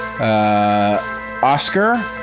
Oscar